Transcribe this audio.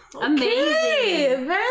Amazing